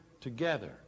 together